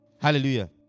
Hallelujah